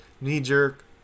knee-jerk